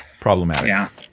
problematic